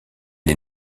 les